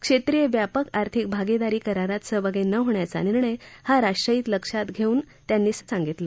क्षेत्रीय व्यापक आर्थिक भागिदारी करारात सहभागी न होण्याचा निर्णय हा राष्ट्रहित लक्षात धेतल्याचं त्यांनी सांगितलं